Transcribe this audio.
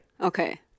Okay